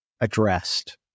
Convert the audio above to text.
addressed